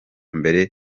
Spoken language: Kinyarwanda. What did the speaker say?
mbere